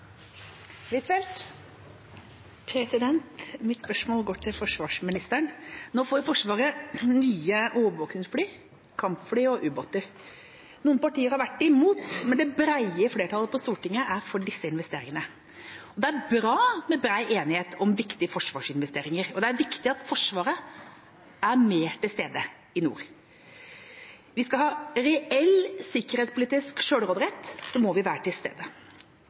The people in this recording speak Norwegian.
Mitt spørsmål går til forsvarsministeren. Nå får Forsvaret nye overvåkningsfly, kampfly og ubåter. Noen partier har vært imot, men det brede flertallet på Stortinget er for disse investeringene. Det er bra med bred enighet om viktige forsvarsinvesteringer, og det er viktig at Forsvaret er mer til stede i nord. Vi skal ha reell sikkerhetspolitisk sjølråderett, og da må vi være til stede.